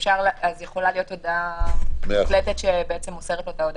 יכולה להיות הודעה מוקלטת שמוסרת לו את ההודעה,